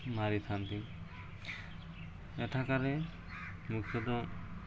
ମାରିଥାନ୍ତି ଏଠାକାର ମୁଖ୍ୟତଃ